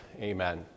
Amen